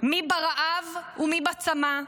מי ברעב ומי בצמא,